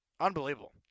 Unbelievable